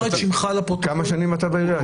כמה שנים אתה בעירייה?